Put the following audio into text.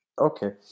Okay